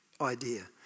idea